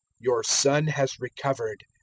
your son has recovered,